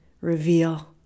reveal